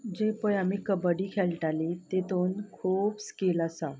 जे पळय आमी कबडी खेळटालीं तातूंत खूब स्कील आसात